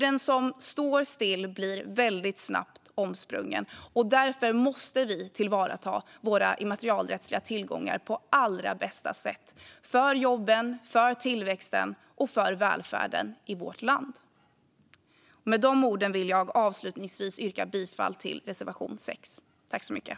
Den som står still blir väldigt snabbt omsprungen, och därför måste vi tillvarata våra immaterialrättsliga tillgångar på allra bästa sätt - för jobben, för tillväxten och för välfärden i vårt land. Med de orden vill jag avslutningsvis yrka bifall till reservation 6.